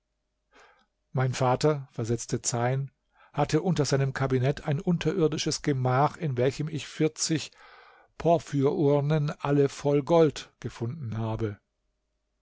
mein vater versetzte zeyn hatte unter seinem kabinett ein unterirdisches gemach in welchem ich vierzig porphyrurnen alle voll gold gefunden habe